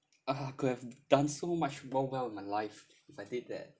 ah could have done so much more well in my life if I did that